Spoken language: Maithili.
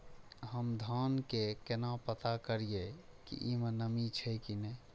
हम धान के केना पता करिए की ई में नमी छे की ने?